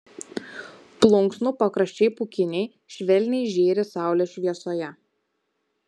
plunksnų pakraščiai pūkiniai švelniai žėri saulės šviesoje